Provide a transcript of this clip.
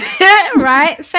Right